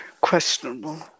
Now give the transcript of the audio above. questionable